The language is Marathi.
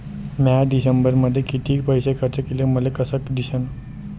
म्या डिसेंबरमध्ये कितीक पैसे खर्चले मले कस कळन?